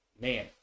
man